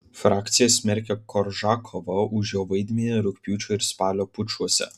frakcija smerkia koržakovą už jo vaidmenį rugpjūčio ir spalio pučuose